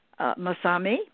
Masami